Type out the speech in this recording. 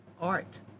art